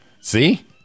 See